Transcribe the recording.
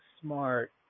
smart